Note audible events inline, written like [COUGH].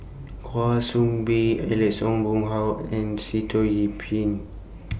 Kwa Soon Bee Alex Ong Boon Hau and Sitoh Yih Pin [NOISE]